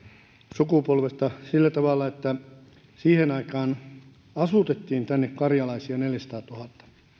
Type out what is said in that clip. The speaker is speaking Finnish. sukupolvesta sillä tavalla että siihen aikaan asutettiin tänne karjalaisia neljäsataatuhatta